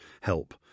help